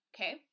okay